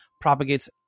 propagates